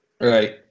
Right